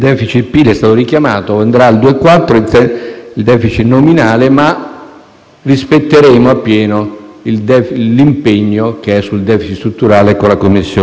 il rapporto tra debito e PIL. Voglio richiamare che l'obiettivo di discesa del rapporto debito-PIL nel DEF